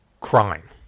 crime